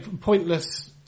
pointless